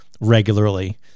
regularly